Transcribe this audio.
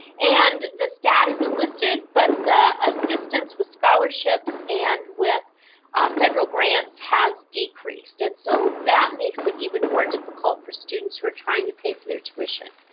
and, the stat isn't listed. but, the assistance with scholarships and with federal grants has decreased. and, so that makes it even more difficult for students who are trying to pay for their tuition.